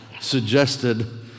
suggested